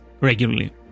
regularly